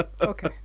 okay